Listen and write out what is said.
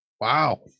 wow